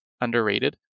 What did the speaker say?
underrated